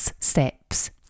steps